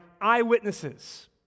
eyewitnesses